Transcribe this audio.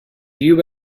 you